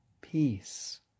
Peace